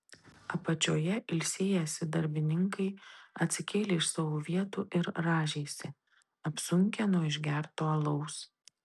apačioje ilsėjęsi darbininkai atsikėlė iš savo vietų ir rąžėsi apsunkę nuo išgerto alaus